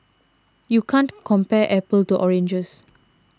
you can't compare apples to oranges